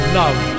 love